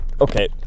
Okay